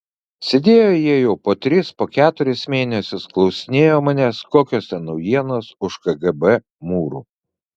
sėdėjo jie jau po tris po keturis mėnesius klausinėjo manęs kokios ten naujienos už kgb mūrų